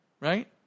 right